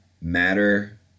matter